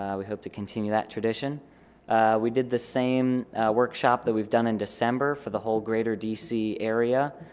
um we hope to continue that tradition we did the same workshop that we've done in december for the whole greater dc area.